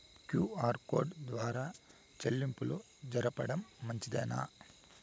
QR code ద్వారా చెల్లింపులు జరపడం మంచిదేనా?